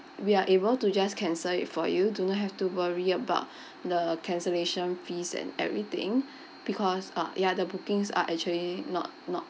we are able to just cancel it for you do not have to worry about the cancellation fees and everything because uh ya the bookings are actually not not